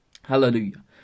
Hallelujah